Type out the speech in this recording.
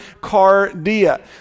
cardia